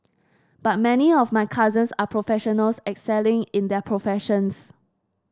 but many of my cousins are professionals excelling in their professions